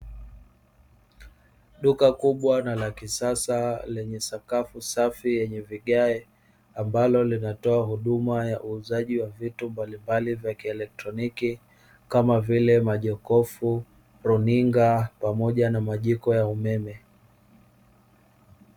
Duka kubwa na la kisasa lenye sakafu safi yenye vigae, ambalo linatoa huduma ya uuzaji wa vitu mbalimbali vya kielektroniki kama vile majokofu, runinga pamoja na majiko ya umeme.